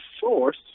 source